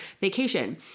vacation